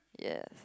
yes